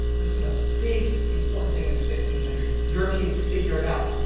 this was a big important thing in the sixteenth century europeans figured out,